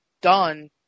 done